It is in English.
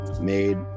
made